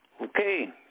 Okay